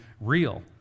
real